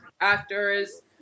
actors